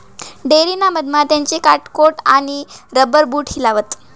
dairy ना मधमा त्याने त्याना कोट आणि रबर बूट हिलावात